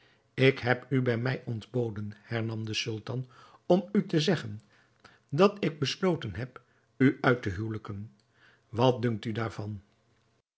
ik heb u bij mij ontboden hernam de sultan om u te zeggen dat ik besloten heb u uit te huwelijken wat dunkt u daarvan